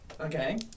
Okay